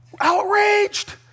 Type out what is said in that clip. outraged